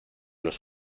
los